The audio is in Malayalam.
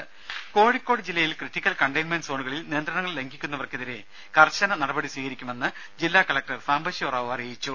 ദേദ കോഴിക്കോട് ജില്ലയിൽ ക്രിട്ടിക്കൽ കണ്ടെയ്ൻമെന്റ് സോണുകളിൽ നിയന്ത്രണങ്ങൾ ലംഘിക്കുന്നവർക്കെതിരെ കർശന നടപടി സ്വീകരിക്കുമെന്ന് ജില്ലാ കലക്ടർ സാംബശിവറാവു പറഞ്ഞു